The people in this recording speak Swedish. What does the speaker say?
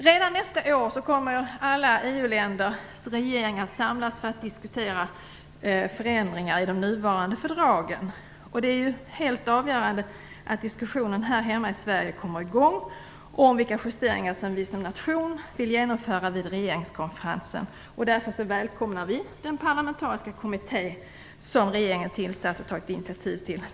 Redan nästa år kommer alla EU-ländernas regeringar att samlas för att diskutera förändringar i de nuvarande fördragen. Då är det helt avgörande att diskussionen här hemma i Sverige kommer i gång om vilka justeringar som vi som nation vill genomföra vid regeringskonferensen. Därför välkomnar vi den parlamentariska kommitté som regeringen tagit initiativ till och tillsatt.